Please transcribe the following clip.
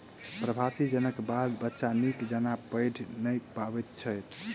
प्रवासी जनक बाल बच्चा नीक जकाँ पढ़ि नै पबैत छै